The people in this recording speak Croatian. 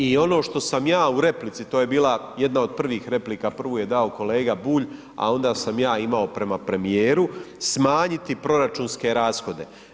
I ono što sam ja u replici, to je bila jedna od prvih replika, prvu je dao kolega Bulj, a onda sam ja imao prema premijeru, smanjiti proračunske rashode.